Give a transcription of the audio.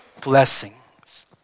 blessings